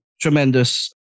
tremendous